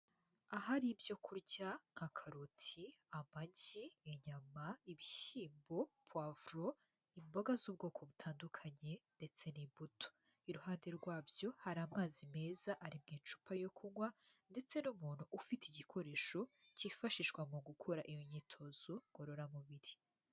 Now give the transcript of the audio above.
Ahari ibyo kurya nka karoti, amagi, inyama, ibishyimbo, pavuro, imboga z'ubwoko butandukanye ndetse n'imbuto, iruhande rwabyo hari amazi meza ari mu icupa yo kunywa ndetse n'umuntu ufite igikoresho cyifashishwa mu gukora imyitozo ngororamubiri.